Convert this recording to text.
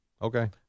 Okay